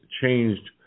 changed